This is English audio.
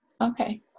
Okay